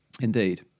Indeed